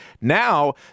Now